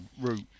route